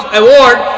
award